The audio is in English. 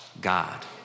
God